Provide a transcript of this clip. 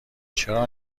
چرا